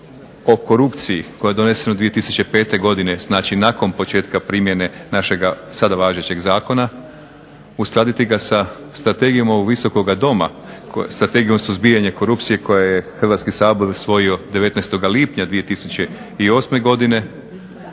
o korupciji koja je donesena 2005. godine. Znači nakon početka primjene našega sada važećeg zakona, uskladiti ga sa strategijom ovog Visokoga doma, Strategijom o suzbijanju korupcije koju je Hrvatski sabor usvojio 19. lipnja 2008. godine.